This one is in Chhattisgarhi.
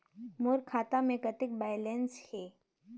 मोर खाता मे कतेक बैलेंस हे?